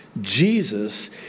Jesus